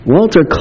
Walter